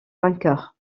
vainqueur